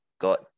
got